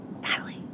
Natalie